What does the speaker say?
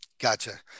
Gotcha